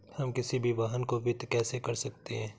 हम किसी भी वाहन को वित्त कैसे कर सकते हैं?